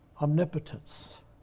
omnipotence